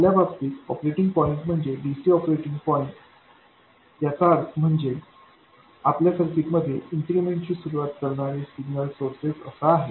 आपल्या बाबतीत operating point म्हणजे dc ऑपरेटिंग पॉईंट याचा अर्थ म्हणजे आपल्या सर्किटमध्ये इन्क्रिमेंट ची सुरुवात करणारे सिग्नल सोर्सेस असा आहे